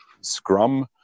Scrum